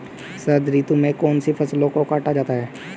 शरद ऋतु में कौन सी फसलों को काटा जाता है?